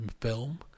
film